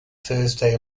thursday